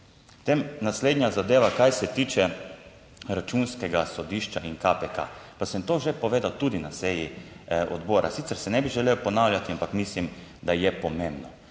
Potem naslednja zadeva, kar se tiče Računskega sodišča in KPK, pa sem to že povedal tudi na seji odbora, sicer se ne bi želel ponavljati, ampak mislim, da je pomembno,